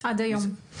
עד היום.